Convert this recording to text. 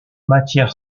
matière